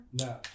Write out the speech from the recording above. No